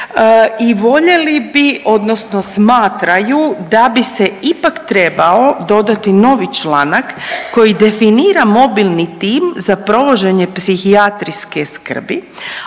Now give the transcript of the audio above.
i voljeli bi odnosno smatraju da bi se ipak trebao dodati novi članak koji definira mobilni tim za provođenje psihijatrijske skrbi,